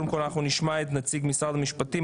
אנחנו נשמע תחילה את נציג משרד המשפטים,